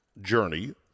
journey